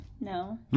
No